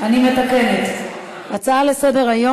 ההצעה התקבלה.